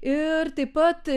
ir taip pat